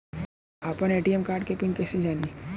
आपन ATM card के PIN कईसे जानी?